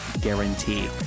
guarantee